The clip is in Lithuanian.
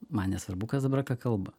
man nesvarbu kas dabar ką kalba